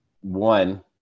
one